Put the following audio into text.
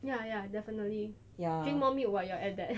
ya ya definitely drink more milk when you're at that